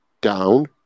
down